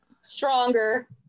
Stronger